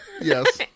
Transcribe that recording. Yes